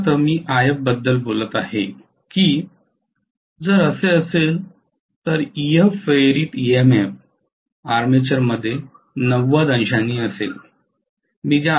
उदाहरणार्थ मी If बद्दल बोलत आहे की जर असे असेल तर Ef इंड्यूज्ड ईएमएफ आर्मेचरमध्ये ९० अंशांनी असेल